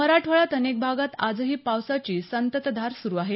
मराठवाड्यात अनेक भागात आजही पावसाची संततधार सुरू आहे